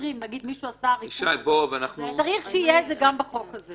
צריך שיהיה את זה גם בחוק הזה.